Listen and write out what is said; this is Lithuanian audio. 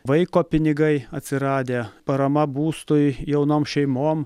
vaiko pinigai atsiradę parama būstui jaunom šeimom